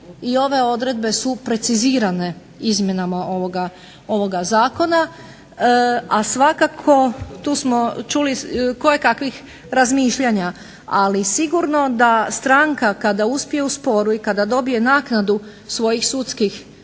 i ove odredbe su precizirane izmjenama ovoga zakona, a svakako tu smo čuli kojekakvih razmišljanja, ali sigurno da stranka kada uspije u sporu i kada dobije naknadu svojih sudskih